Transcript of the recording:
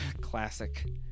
Classic